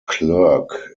clerk